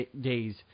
days